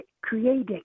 creating